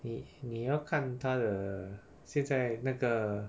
你你要看它的现在那个